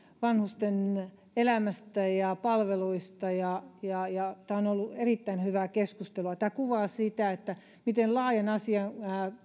vanhusten elämästä ja palveluista ja ja tämä on on ollut erittäin hyvää keskustelua tämä kuvaa sitä miten laajan asian